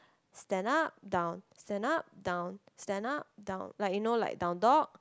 stand up down stand up down stand up down like you know like downward dog